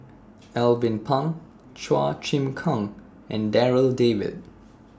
Alvin Pang Chua Chim Kang and Darryl David